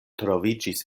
troviĝis